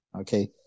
Okay